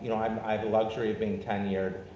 know, um i have the luxury of being tenured,